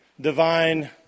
divine